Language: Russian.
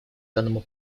данному